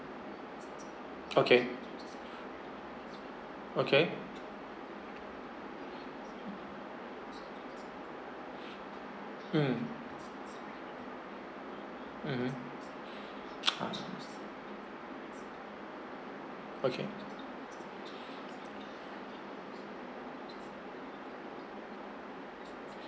okay okay mm mmhmm ah okay